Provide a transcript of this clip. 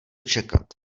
čekat